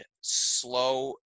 slow